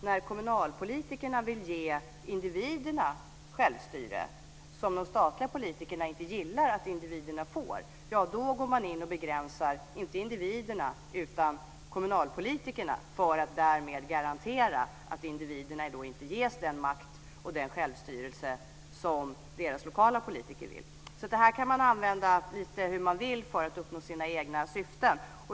När kommunalpolitikerna vill ge individerna självstyre, som de statliga politikerna inte gillar att individerna får, ja, då går man in och begränsar makten, inte för individerna utan för kommunalpolitikerna, för att därmed garantera att individerna inte ges den makt och den självstyrelse som deras lokala politiker vill att de ska ha. Detta kan man alltså använda lite hur man vill för att uppnå sina egna syften.